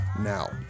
now